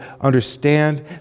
understand